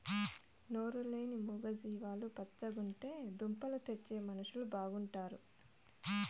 నోరు లేని మూగ జీవాలు పచ్చగుంటే దుంపలు తెచ్చే మనుషులు బాగుంటారు